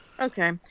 Okay